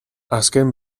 azken